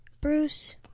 bruce